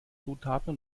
zutaten